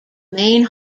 main